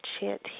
chant